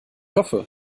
hoffe